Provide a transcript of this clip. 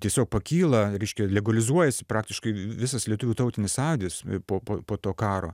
tiesiog pakyla reiškia legalizuojasi praktiškai visas lietuvių tautinis sąjūdis po po po to karo